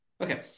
Okay